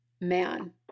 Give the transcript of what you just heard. man